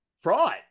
fraud